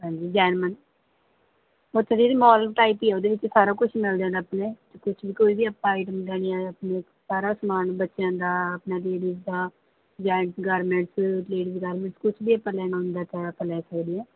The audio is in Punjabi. ਹਾਂਜੀ ਉੱਥੇ ਦੀਦੀ ਮੋਲ ਟਾਈਪ ਹੀ ਆ ਉਹਦੇ ਵਿੱਚ ਸਾਰਾ ਕੁਝ ਮਿਲ ਜਾਂਦਾ ਆਪਣੇ ਕੁਛ ਵੀ ਕੋਈ ਵੀ ਆਪਾਂ ਆਇਟਮ ਲੈਣੀ ਆ ਜਾਂ ਆਪਣੇ ਸਾਰਾ ਸਮਾਨ ਬੱਚਿਆਂ ਦਾ ਆਪਣਾ ਲੇਡੀਜ਼ ਦਾ ਜੈਂਟਸ ਗਾਰਮੈਂਟਸ ਲੇਡੀਜ਼ ਗਾਰਮੈਂਟਸ ਕੁਝ ਵੀ ਆਪਾਂ ਲੈਣਾ ਹੁੰਦਾ ਤਾਂ ਆਪਾਂ ਲੈ ਸਕਦੇ ਹਾਂ